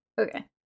Okay